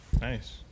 Nice